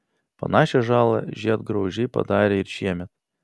panašią žalą žiedgraužiai padarė ir šiemet